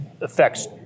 affects